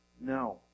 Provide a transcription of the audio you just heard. No